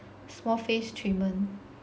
small face treatment